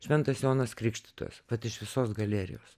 šventas jonas krikštytojas vat iš visos galerijos